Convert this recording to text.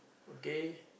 okay